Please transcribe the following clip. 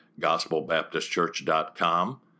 gospelbaptistchurch.com